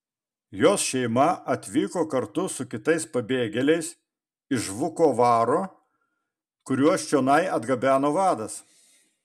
jos šeima atvyko kartu su kitais pabėgėliais iš vukovaro kuriuos čionai atgabeno vadas